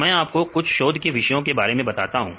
तो मैं आपको कुछ शोध के विषयों के बारे में बताता हूं